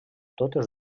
totes